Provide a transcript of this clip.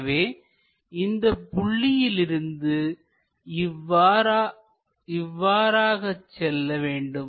எனவே இந்த புள்ளியிலிருந்து இவ்வாறாக செல்ல வேண்டும்